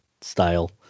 style